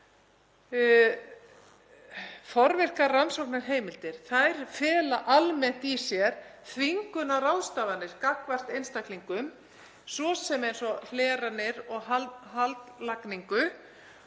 til. Forvirkar rannsóknarheimildir fela almennt í sér þvingunarráðstafanir gagnvart einstaklingum svo sem eins og hleranir og haldlagningu